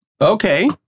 Okay